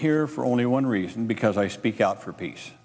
here for only one reason because i speak out for peace